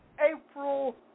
April